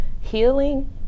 healing